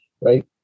right